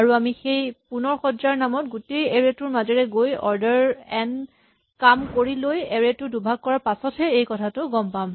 আৰু আমি সেই পুণৰসজ্জাৰ নামত গোটেই এৰে টোৰ মাজেৰে গৈ অৰ্ডাৰ এন কাম কৰি লৈ এৰে টো দুভাগ কৰাৰ পাছতহে এই কথাটো গম পাম